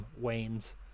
wanes